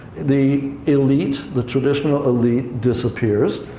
the elite, the traditional elite, disappears.